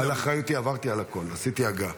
על אחריותי, עברתי על הכול ועשיתי הגהה.